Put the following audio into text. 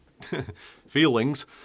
feelings